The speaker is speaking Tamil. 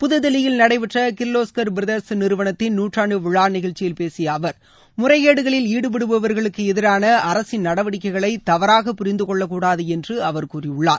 புது தில்லியில் நடைபெற்ற கிர்லோஸ்கர் பிரதர்ஸ் நிறுவனத்தின் நூற்றாண்டு விழா நிகழ்ச்சியில் பேசிய அவர் முறைகேடுகளில் ஈடுபடுபவர்களுக்கு எதிரான அரசின் நடவடிக்கைகளை தவறாக புரிந்துகொள்ள கூடாது என்று அவர் கூறியுள்ளார்